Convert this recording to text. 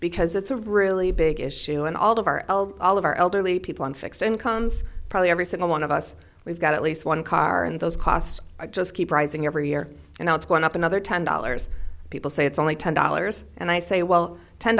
because it's a really big issue and all of our elders all of our elderly people on fixed incomes probably every single one of us we've got at least one car in those costs i just keep rising every year and it's going up another ten dollars people say it's only ten dollars and i say well ten